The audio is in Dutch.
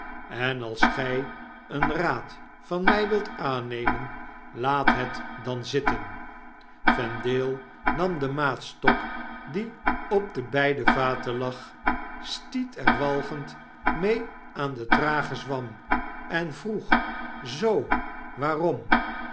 en als gij een raad van mij wilt aannemen laat het dan zitten vendale nam den maatstok die op de beide vaten lag stiet er walgend mee aan de trage zwam en vroeg zoo waarom